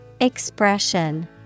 Expression